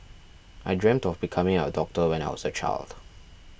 I dreamt of becoming a doctor when I was a child